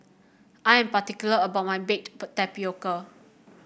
I am particular about my Baked Tapioca